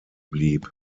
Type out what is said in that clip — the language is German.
blieb